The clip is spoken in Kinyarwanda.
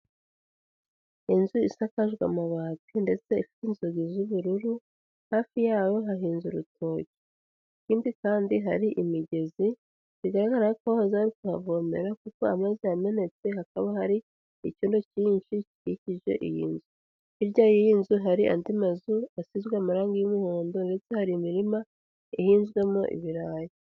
Inzu isakajwe amabati ndetse n'inzugi z'ubururu, hafi yayo hahinze urutoki. Ikindi kandi hari imigezi bigaragara ko bahoze bari kuhavomera kuko amazi yamenetse hakaba hari icyondo cyinshi gikikije iyi nzu. Hirya y'iyi nzu hari andi mazu asizwe amarangi y'umuhondo, ndetse hari imirima ihinzwemo ibirayi.